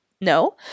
No